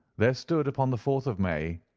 there stood upon the fourth of may,